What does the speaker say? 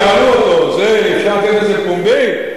שאלו אותו: אפשר לתת לזה פומבי?